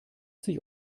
sich